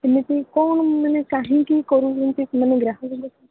ସେମିତି କ'ଣ ମାନେ କାହିଁକି କରୁଛନ୍ତି ମାନେ ଗ୍ରାହକଙ୍କ ସହ